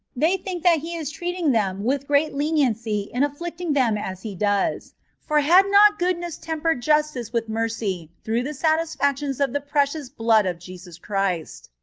they think that he is treating them with great leniency in afflicting them as he does for had not goodness tempered justice with mercy through the satisfactions of the precious blood of jesus christ,